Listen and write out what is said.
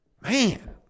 Man